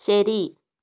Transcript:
ശരി